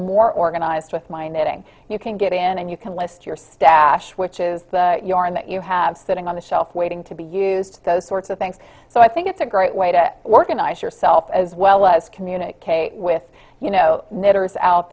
more organized with my knitting you can get in and you can list your stash which is the yarn that you have sitting on the shelf waiting to be used those sorts of things so i think it's a great way to work a nice yourself as well as communicate with you know